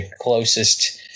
closest